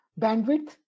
bandwidth